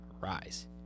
rise